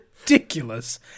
ridiculous